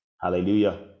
Hallelujah